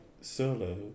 solo